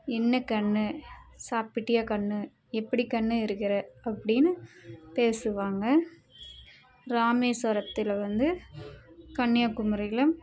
இன்ன கண்ணு சாப்பிட்டியா கண்ணு எப்படி கண்ணு இருக்கிற அப்படினு பேசுவாங்க இராமேஸுவரத்தில் வந்து கன்னியாகுமரியில்